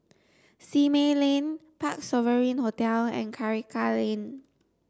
Simei Lane Parc Sovereign Hotel and Karikal Lane